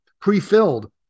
pre-filled